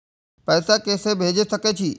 पैसा के से भेज सके छी?